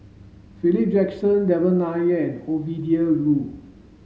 Philip Jackson Devan Nair and Ovidia Yu